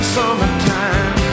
summertime